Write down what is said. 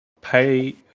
pay